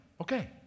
okay